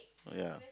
oh ya